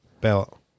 Belt